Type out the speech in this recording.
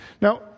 Now